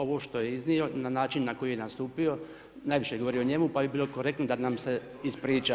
Ovo što je iznio, na način na koji je nastupio, najviše govori o njemu, pa bi bilo korektno da nam se ispriča.